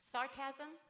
Sarcasm